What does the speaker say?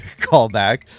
callback